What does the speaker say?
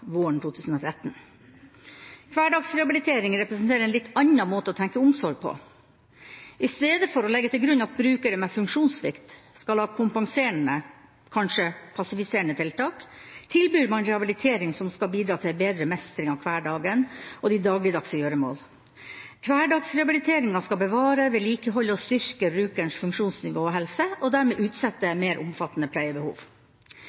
våren 2013. Hverdagsrehabilitering representerer en litt annen måte å tenke omsorg på. Istedenfor å legge til grunn at brukere med funksjonssvikt skal ha kompenserende – kanskje passiviserende – tiltak, tilbyr man rehabilitering som skal bidra til bedre mestring av hverdagen og de dagligdagse gjøremål. Hverdagsrehabiliteringa skal bevare, vedlikeholde og styrke brukerens funksjonsnivå og helse og dermed